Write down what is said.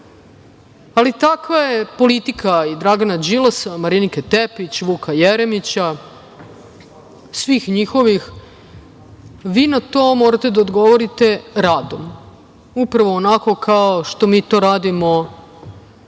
ali takva je politika i Dragana Đilasa, Marinike Tepić, Vuka Jeremića, svih njihovih. Vi na to morate da odgovorite radom, upravo onako kao što mi to radimo